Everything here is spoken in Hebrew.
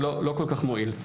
זה לא כל כך מועיל.